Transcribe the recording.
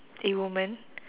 a woman